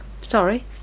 Sorry